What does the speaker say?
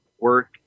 work